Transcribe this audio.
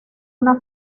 una